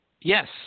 Yes